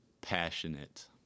Passionate